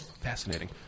Fascinating